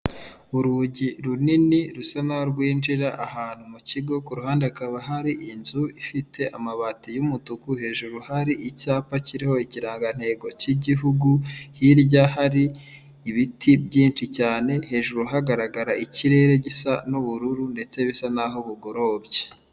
Urugi runini rusa naho rwinjira ahantu mu kigo, ku ruhande hakaba hari inzu ifite amabati y'umutuku, hejuru hari icyapa kiriho ikirangantego cy'igihugu, hirya hari ibiti byinshi cyane, hejuru hagaragara ikirere gisa n'ubururu ndetse bisa naho bugorobye.